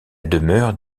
demeure